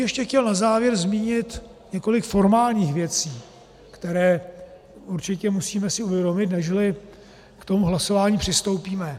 Ještě bych chtěl na závěr zmínit několik formálních věcí, které si určitě musíme uvědomit, než k tomu hlasování přistoupíme.